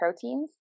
proteins